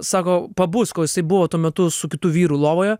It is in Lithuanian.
sako pabusk o jisai buvo tuo metu su kitu vyru lovoje